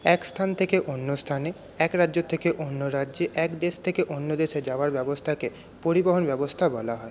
এক স্থান থেকে অন্য স্থানে এক রাজ্যের থেকে অন্য রাজ্যে এক দেশ থেকে অন্য দেশে যাওয়ার ব্যবস্থাকে পরিবহন ব্যবস্থা বলা হয়